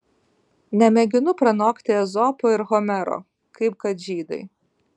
nemėginu pranokti ezopo ir homero kaip kad žydai